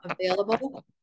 available